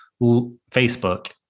Facebook